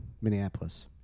Minneapolis